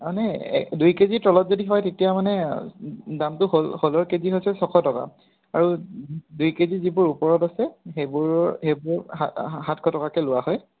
মানে দুই কেজিৰ তলত যদি হয় তেতিয়া মানে দামটো শ'লৰ কেজি হৈছে ছশ টকা আৰু দুই কেজিৰ যিবোৰ ওপৰত আছে সেইবোৰ সেইবোৰ সাতশ টকাকে লোৱা হয়